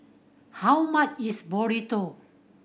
how much is Burrito